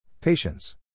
Patience